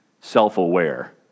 self-aware